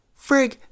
Frig